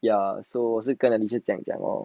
their so 我是跟 alysha 这样讲 lor